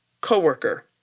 co-worker